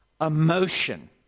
emotion